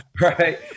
right